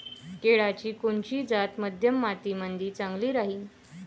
केळाची कोनची जात मध्यम मातीमंदी चांगली राहिन?